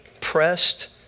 pressed